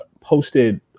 posted